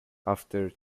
after